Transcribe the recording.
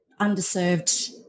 underserved